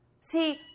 See